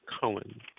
Cohen